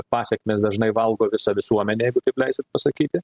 pasekmės dažnai valgo visą visuomenę jeigu taip leisit pasakyti